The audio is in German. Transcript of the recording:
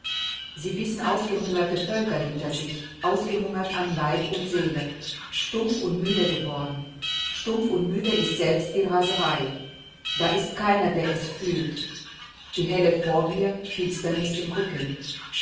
sie wissen ausgehungerte völker hinter sich ausgehungert an leib und seele stumpf und müde geworden stumpf und müde ist selbst die raserei da ist keiner der es fühlt die helle vor mir finsternis im rücken